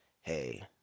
hey